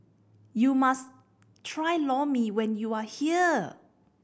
you must try Lor Mee when you are here